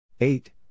Eight